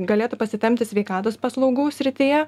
galėtų pasitempti sveikatos paslaugų srityje